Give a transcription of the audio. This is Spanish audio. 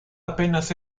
apenas